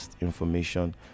information